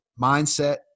mindset